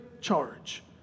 charge